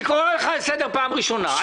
אני קורא אותך לסדר בפעם הראשונה.